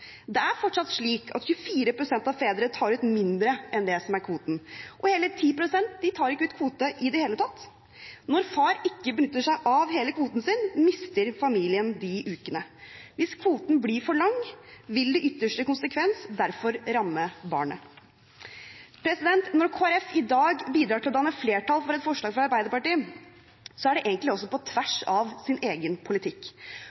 Det er fortsatt slik at 24 pst. av fedrene tar ut mindre enn det som er kvoten, og hele 10 pst. tar ikke ut kvote i det hele tatt. Når far ikke benytter seg av hele kvoten sin, mister familien de ukene. Hvis kvoten blir for lang, vil det i ytterste konsekvens derfor ramme barnet. Når Kristelig Folkeparti i dag bidrar til å danne flertall for et forslag fra Arbeiderpartiet, er det egentlig på tvers av deres egen politikk.